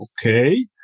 okay